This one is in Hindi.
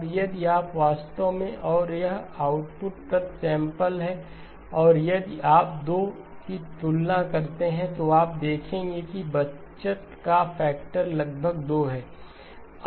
अब यदि आप वास्तव में और यह आउटपुट प्रति सैंपल है और यदि आप 2 की तुलना करते हैं तो आप देखेंगे कि बचत का फैक्टर लगभग 2 है